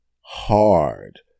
hard